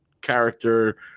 character